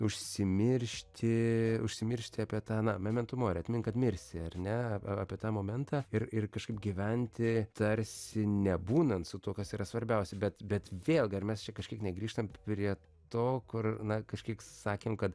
užsimiršti užsimiršti apie tą na memento mori ir atmink kad mirsi ar ne apie tą momentą ir ir kažkaip gyventi tarsi nebūnant su tuo kas yra svarbiausia bet bet vėlgi ar mes čia kažkiek negrįžtam prie to kur na kažkiek sakėm kad